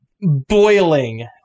boiling